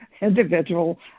individual